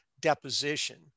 deposition